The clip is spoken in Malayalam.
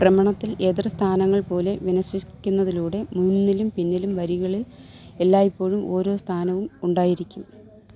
ഭ്രമണത്തിൽ എതൊരു സ്ഥാനങ്ങൾ പോലെ വിന്യസിക്കുന്നതിലൂടെ മുന്നിലും പിന്നിലും വരികളിൽ എല്ലായിപ്പോഴും ഓരോ സ്ഥാനവും ഉണ്ടായിരിക്കും